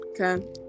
okay